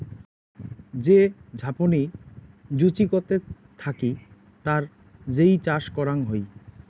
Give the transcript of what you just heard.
যে ঝাপনি জুচিকতে থাকি তার যেই চাষ করাং হই